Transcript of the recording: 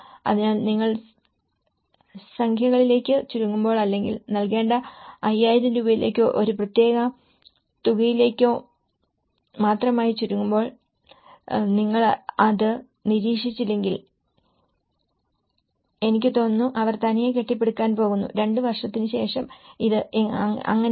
അതിനാൽ നിങ്ങൾ സംഖ്യകളിലേക്ക് ചുരുങ്ങുമ്പോൾ അല്ലെങ്കിൽ നൽകേണ്ട 5000 രൂപയിലോ ഒരു പ്രത്യേക തുകയിലോ മാത്രമായി ചുരുങ്ങുമ്പോൾ നിങ്ങൾ അത് നിരീക്ഷിച്ചില്ലെങ്കിൽ എനിക്ക് തോന്നുന്നുഅവർ തനിയെ കെട്ടിപ്പടുക്കാൻ പോകുന്നു രണ്ട് വർഷത്തിന് ശേഷം ഇത് അങ്ങനെയാണ്